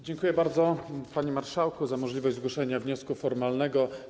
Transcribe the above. Dziękuję bardzo, panie marszałku, za możliwość zgłoszenia wniosku formalnego.